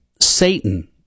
Satan